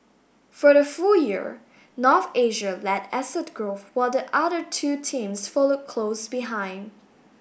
for the full year North Asia led asset growth while the other two teams followed close behind